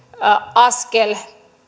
askel